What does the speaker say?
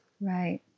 Right